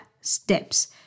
steps